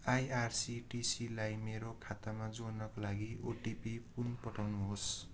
आइआरसिटिसीलाई मेरो खातामा जोड्नाका लागि ओटिपी पुन पठाउनु होस्